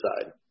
side